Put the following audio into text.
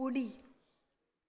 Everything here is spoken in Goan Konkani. उडी